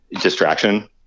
distraction